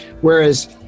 whereas